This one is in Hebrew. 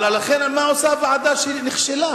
לכן, מה עושה ועדה שנכשלה?